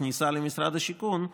בכניסה למשרד השיכון,